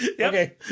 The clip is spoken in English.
Okay